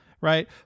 Right